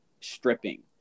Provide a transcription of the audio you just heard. stripping